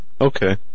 Okay